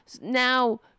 Now